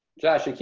josh,